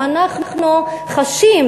אם אנחנו חשים,